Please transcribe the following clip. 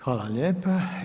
Hvala lijepa.